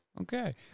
Okay